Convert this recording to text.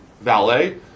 valet